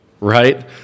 Right